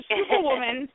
Superwoman